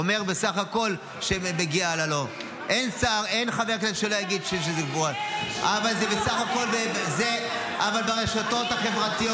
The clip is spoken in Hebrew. אין שר שיגיד ------ ברשתות החברתיות